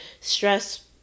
stress